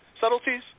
subtleties